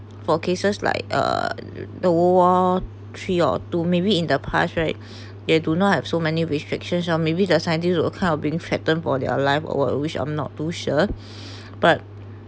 for cases like uh the world war three or two maybe in the past right you do not have so many restrictions or maybe the scientists will count or being flattened for their life or which I'm not too sure but